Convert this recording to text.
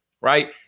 Right